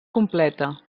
completa